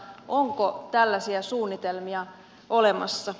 onko tällaisia suunnitelmia olemassa